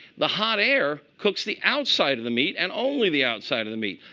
the hot air cooks the outside of the meat and only the outside of the meat.